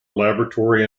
laboratory